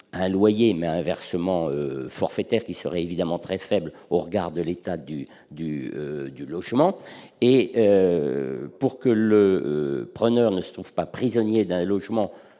à loyer, mais à versement d'un montant forfaitaire, évidemment très faible au regard de l'état du logement. Afin que le preneur ne se trouve pas prisonnier d'un logement